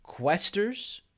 questers